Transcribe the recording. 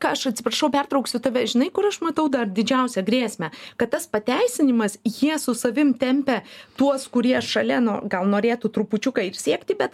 ką aš atsiprašau pertrauksiu tave žinai kur aš matau dar didžiausią grėsmę kad tas pateisinimas jie su savim tempia tuos kurie šalia no gal norėtų trupučiuką ir siekti bet